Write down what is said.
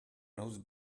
knows